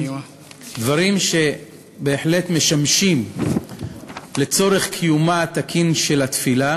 דברים שבהחלט משמשים לצורך קיומה התקין של התפילה